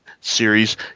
series